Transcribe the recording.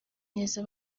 neza